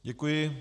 Děkuji.